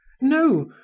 no